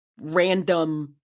random